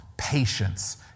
patience